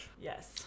Yes